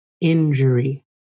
Injury